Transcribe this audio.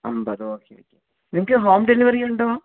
അൻപത് okay okay നിങ്ങൾക്ക് home delivery ഉണ്ടോ